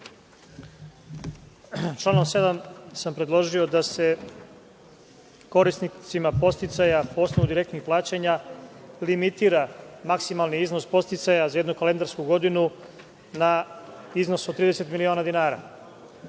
Članom 7. sam predložio da se korisnicima podsticaja po osnovu direktnih plaćanja limitira maksimalni iznos podsticaja za jednu kalendarsku godinu na iznos od 30 miliona dinara.